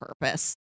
purpose